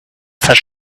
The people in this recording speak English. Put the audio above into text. such